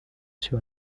sur